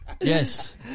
Yes